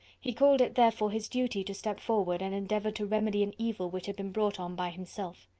he called it, therefore, his duty to step forward, and endeavour to remedy an evil which had been brought on by himself.